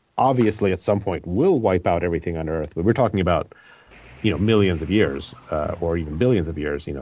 obviously, at some point, will wipe out everything on earth. but we're talking about you know millions of years or even billions of years. you know